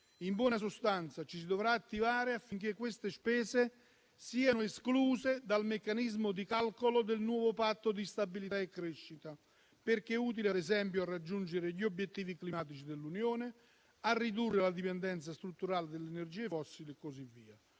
In buona sostanza, ci si dovrà attivare affinché queste spese siano escluse dal meccanismo di calcolo del nuovo Patto di stabilità e crescita, perché è utile, ad esempio, raggiungere gli obiettivi climatici dell'Unione, ridurre la dipendenza strutturale dalle energie fossili e così via.